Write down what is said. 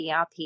ERP